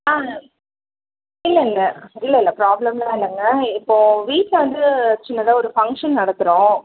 ஆ இல்லை இல்லை இல்லை இல்லை ப்ராப்ளம் எல்லாம் இல்லைங்க இப்போ வீட்டில் வந்து சின்னதாக ஒரு ஃபங்க்ஷன் நடத்துகிறோம்